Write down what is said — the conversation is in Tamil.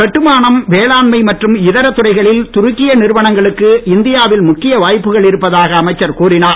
கட்டுமானம் வேளாண்மை மற்றும் இதர துறைகளில் துருக்கிய நிறுவனங்களுக்கு இந்தியாவில் முக்கிய வாய்ப்புகள் இருப்பதாக அமைச்சர் கூறினார்